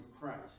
christ